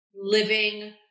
living